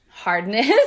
hardness